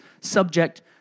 subject